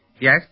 Yes